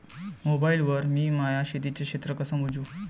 Mobile वर मी माया शेतीचं क्षेत्र कस मोजू?